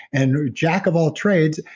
and jack of all trades,